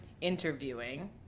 interviewing